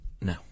No